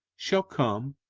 shall come,